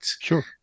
Sure